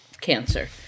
cancer